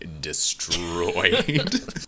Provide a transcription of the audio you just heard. destroyed